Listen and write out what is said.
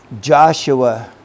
Joshua